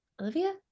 Olivia